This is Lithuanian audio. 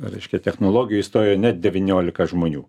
reiškia technologijų įstojo net devyniolika žmonių